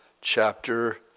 chapter